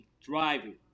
driving